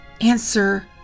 answer